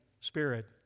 Spirit